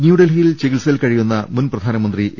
ന്യൂഡൽഹിയിൽ ചികിത്സയിൽ കഴിയുന്ന മുൻ പ്രധാനമന്ത്രി എ